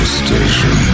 station